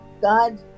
God